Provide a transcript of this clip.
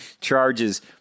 charges